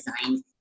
designed